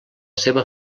seva